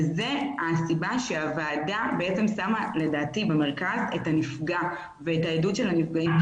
וזו הסיבה שהוועדה שמה במרכז את הנפגע ואת העדות של הנפגעים,